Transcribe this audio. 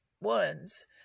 ones